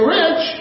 rich